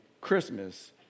Christmas